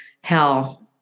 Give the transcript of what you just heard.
hell